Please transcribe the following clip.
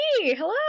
Hello